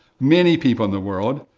many people in the world,